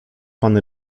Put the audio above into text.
pan